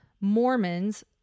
Mormons